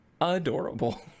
Adorable